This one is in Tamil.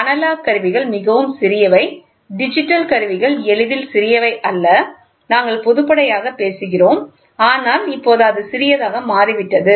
அனலாக் கருவிகள் மிகவும் சிறியவை டிஜிட்டல் கருவிகள் எளிதில் சிறியவை அல்ல நாங்கள் பொதுப்படையாக பேசுகிறோம் ஆனால் இப்போது அது சிறியதாகவும் மாறிவிட்டது